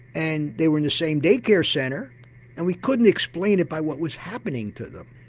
and they were in the same day care centre and we couldn't explain it by what was happening to them.